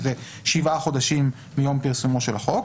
שזה שבעה חודשים מיום פרסומו של החוק.